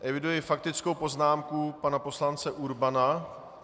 Eviduji faktickou poznámku pana poslance Urbana.